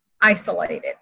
isolated